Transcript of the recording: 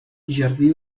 jardí